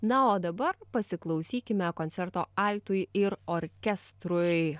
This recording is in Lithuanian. na o dabar pasiklausykime koncerto altui ir orkestrui